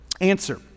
Answer